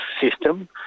system